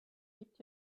gibt